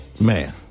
man